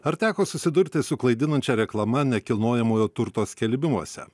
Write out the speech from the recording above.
ar teko susidurti su klaidinančia reklama nekilnojamojo turto skelbimuose